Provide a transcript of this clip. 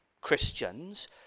christians